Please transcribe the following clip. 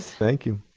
thank you.